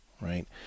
right